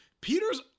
Peter's